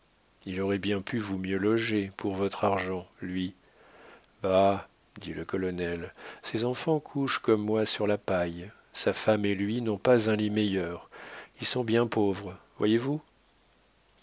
il aurait bien pu vous mieux loger pour votre argent lui bah dit le colonel ses enfants couchent comme moi sur la paille sa femme et lui n'ont pas un lit meilleur ils sont bien pauvres voyez-vous